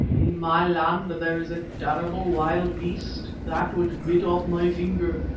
in my land there is a terrible wild beast, that which bit off my finger.